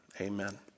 Amen